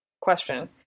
question